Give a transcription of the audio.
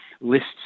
lists